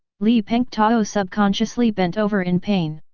li pengtao subconsciously bent over in pain.